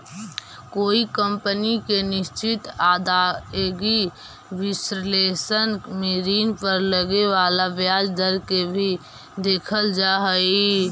कोई कंपनी के निश्चित आदाएगी विश्लेषण में ऋण पर लगे वाला ब्याज दर के भी देखल जा हई